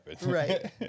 Right